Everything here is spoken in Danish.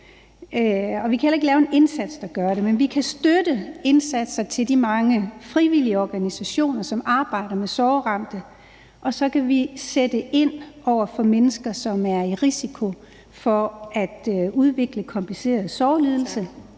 vi kan heller ikke lave en indsats, der gør det. Men vi kan støtte indsatsen hos de mange frivillige organisationer, som arbejder med sorgramte, og så kan vi sætte ind over for mennesker, som er i risiko for at udvikle kompliceret sorglidelse,